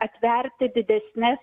atverti didesnes